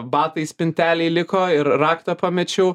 batai spintelėj liko ir raktą pamečiau